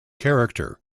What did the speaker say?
character